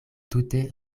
tute